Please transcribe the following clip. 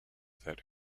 that